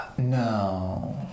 No